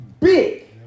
Big